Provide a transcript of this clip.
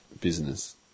business